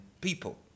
people